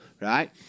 right